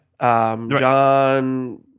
John